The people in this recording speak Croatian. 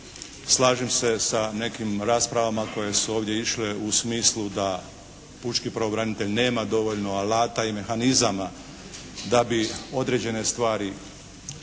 slažem se sa nekim raspravama koje su ovdje išle u smislu da pučki pravobranitelj nema dovoljno alata i mehanizama da bi određene stvari razriješio